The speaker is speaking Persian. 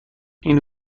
این